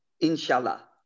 Inshallah